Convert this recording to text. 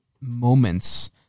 moments